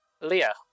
Leah